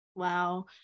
wow